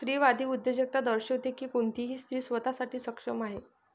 स्त्रीवादी उद्योजकता दर्शविते की कोणतीही स्त्री स्वतः साठी सक्षम आहे